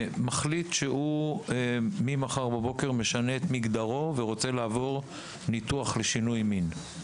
מחליט שממחר בבוקר הוא משנה את מגדרו ורוצה לעבור ניתוח לשינוי מין.